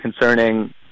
concerning